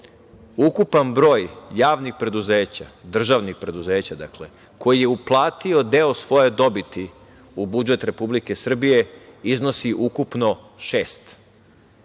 ukupan broj javnih preduzeća, državnih preduzeća koji je uplatio deo svoje dobiti u budžet Republike Srbije iznosi ukupno šest.